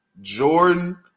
Jordan